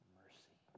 mercy